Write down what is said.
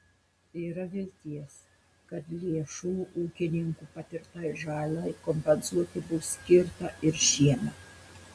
yra vilties kad lėšų ūkininkų patirtai žalai kompensuoti bus skirta ir šiemet